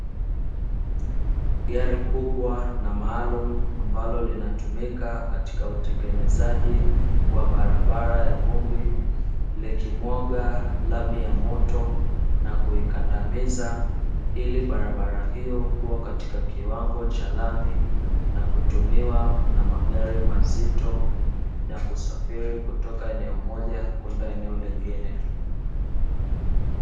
Gari kubwa na maalumu ambalo linatumika katika utengenezaji wa barabara ya vumbi, likimwaga lami ya moto na kuikandamiza ili barabara hiyo kuwa katika kiwango cha lami na kutumiwa na magari mazito, na kusafiri kutoka eneo moja kwenda eneo lingine.